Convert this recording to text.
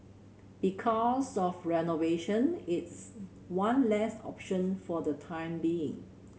because of renovation it's one less option for the time being